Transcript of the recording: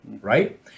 right